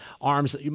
arms